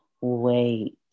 wait